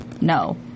no